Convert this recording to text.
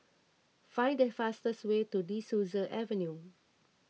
find the fastest way to De Souza Avenue